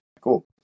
cool